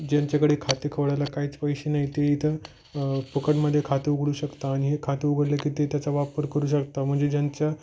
ज्यांच्याकडे खाते खोळायला काहीच पैसे नाहीत ते इथं फुकटमध्ये खाते उघडू शकता आणि हे खाते उघडले की ते त्याचा वापर करू शकता म्हणजे ज्यांच्या